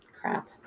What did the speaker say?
Crap